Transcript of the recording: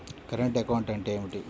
Current account అంటే ఏమిటి?